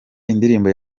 indirimbo